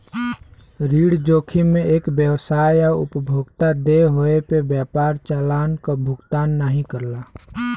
ऋण जोखिम में एक व्यवसाय या उपभोक्ता देय होये पे व्यापार चालान क भुगतान नाहीं करला